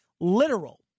Literal